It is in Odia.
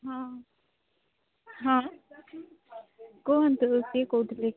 ହଁ ହଁ କୁହନ୍ତୁ କିଏ କହୁଥିଲେ କି